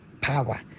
power